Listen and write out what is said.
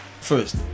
First